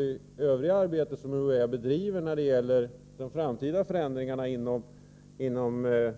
Det övriga arbete som UHÄ bedriver när det gäller de framtida förändringarna inom den del av